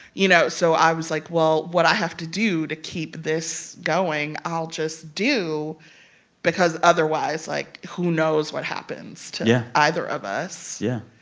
you know? so i was, like, well, what i have to do to keep this going i'll just do because, otherwise, like, who knows what happens to yeah either of us? yeah.